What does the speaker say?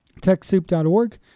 TechSoup.org